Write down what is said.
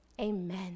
Amen